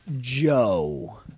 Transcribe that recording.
joe